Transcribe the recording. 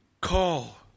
call